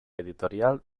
editorial